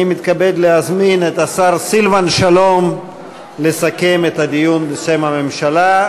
אני מתכבד להזמין את השר סילבן שלום לסכם את הדיון בשם הממשלה,